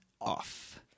off